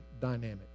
dynamic